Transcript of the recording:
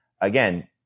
again